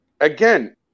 again